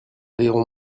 riront